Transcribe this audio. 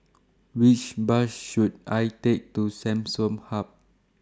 Which Bus should I Take to Samsung Hub